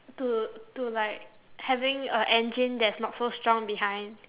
to to like having a engine that's not so strong behind